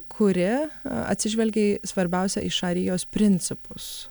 kuri atsižvelgia į svarbiausia į šaryjos principus